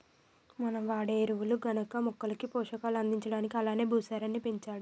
మనం వాడే ఎరువులు గనక మొక్కలకి పోషకాలు అందించడానికి అలానే భూసారాన్ని పెంచడా